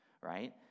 right